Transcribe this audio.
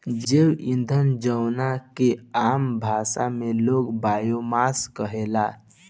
जैव ईंधन जवना के आम भाषा में लोग बायोमास कहेला